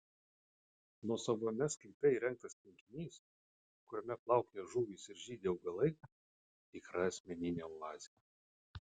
nuosavame sklype įrengtas tvenkinys kuriame plaukioja žuvys ir žydi augalai tikra asmeninė oazė